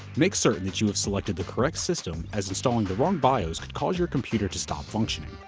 make certain that you have selected the correct system, as installing the wrong bios could cause your computer to stop functioning.